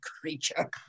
creature